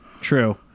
True